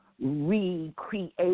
recreate